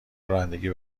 رانندگی